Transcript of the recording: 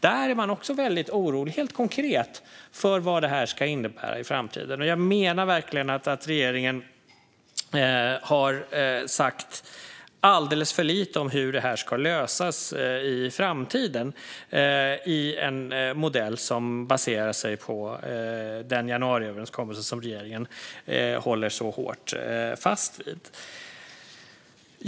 Där är man också väldigt orolig, helt konkret, för vad det här ska innebära i framtiden. Jag menar verkligen att regeringen har sagt alldeles för lite om hur det här ska lösas i framtiden i en modell som baserar sig på den januariöverenskommelse som regeringen håller så hårt fast vid.